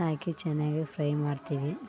ಹಾಕಿ ಚೆನ್ನಾಗಿ ಫ್ರೈ ಮಾಡ್ತೀವಿ